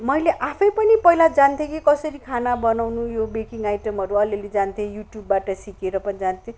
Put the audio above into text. मैले आफै पनि पहिला जान्दथेँ कि कसरी खाना बनाउनु यो बेकिङ आइटमहरू अलिअलि जान्दथेँ युट्युबबाट सिकेर पनि जान्दथेँ